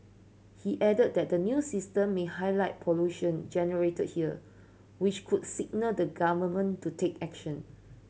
he added that the new system may highlight pollution generated here which could signal the Government to take action